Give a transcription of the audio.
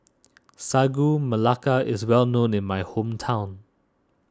Sagu Melaka is well known in my hometown